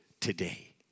today